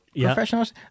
professionals